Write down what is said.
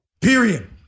Period